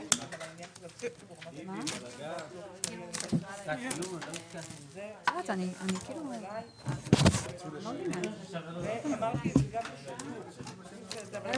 11:47.